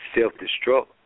self-destruct